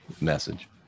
Message